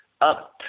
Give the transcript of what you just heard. up